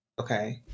okay